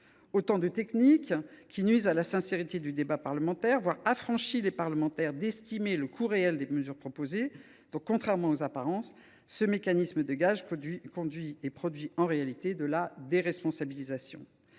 autant de techniques qui nuisent à la sincérité du débat parlementaire, voire affranchissent les parlementaires de l’estimation du coût réel des mesures proposées. Contrairement aux apparences, le mécanisme du gage produit, en réalité, de la déresponsabilisation.